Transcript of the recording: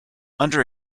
under